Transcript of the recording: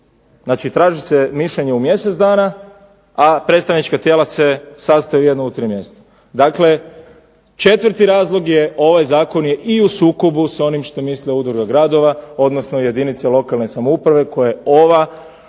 Znači, traži se mišljenje u mjesec dana, a predstavnička tijela se sastaju jednom u 3 mjeseca. Dakle, četvrti razlog je ovaj zakon je i u sukobu s onim što misli udruga gradova, odnosno jedinice lokalne samouprave koje ova